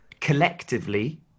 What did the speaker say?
collectively